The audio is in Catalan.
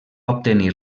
obtenir